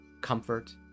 comfort